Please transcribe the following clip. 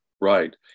Right